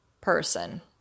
person